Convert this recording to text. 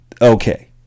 Okay